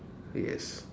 yes